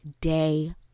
day